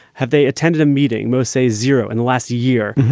have they attended a meeting? most say zero in the last year.